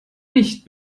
nicht